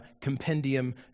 compendium